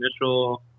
initial